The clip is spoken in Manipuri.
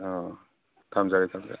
ꯑꯥ ꯊꯝꯖꯔꯦ ꯊꯝꯖꯔꯦ